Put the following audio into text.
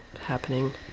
happening